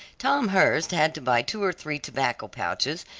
tom hurst had to buy two or three tobacco pouches,